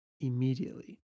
immediately